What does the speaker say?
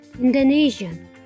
Indonesian